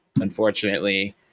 unfortunately